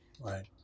Right